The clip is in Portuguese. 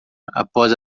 após